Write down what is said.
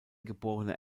geborene